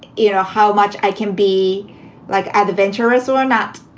you know how much i can be like adventurous or not.